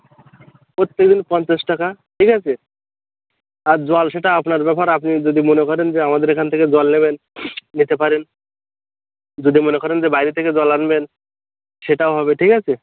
প্রত্যেকদিন পঞ্চাশ টাকা ঠিক আছে আর জল সেটা আপনার ব্যাপার আপনি যদি মনে করেন যে আমাদের এখান থেকে জল নেবেন নিতে পারেন যদি মনে করেন যে বাইরে থেকে জল আনবেন সেটাও হবে ঠিক আছে